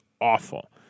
awful